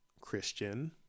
christian